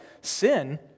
sin